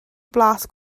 blas